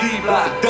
D-Block